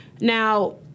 Now